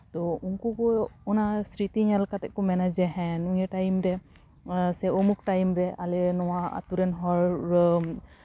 ᱛᱚ ᱩᱱᱠᱩ ᱠᱚ ᱚᱱᱟ ᱥᱨᱤᱛᱤ ᱧᱮᱞ ᱠᱟᱛᱮ ᱠᱚ ᱢᱮᱱᱟ ᱡᱮ ᱱᱤᱭᱟᱹ ᱴᱟᱭᱤᱢ ᱨᱮ ᱥᱮ ᱩᱢᱩᱠ ᱴᱟᱭᱤᱢ ᱨᱮ ᱟᱞᱮ ᱱᱚᱣᱟ ᱟᱛᱳ ᱨᱮᱱ ᱦᱚᱲ ᱨᱮ